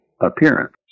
appearance